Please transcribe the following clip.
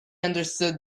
understood